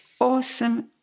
awesome